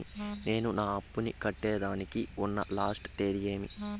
నేను నా అప్పుని కట్టేదానికి ఉన్న లాస్ట్ తేది ఏమి?